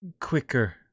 quicker